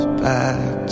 back